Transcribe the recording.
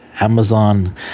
Amazon